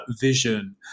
vision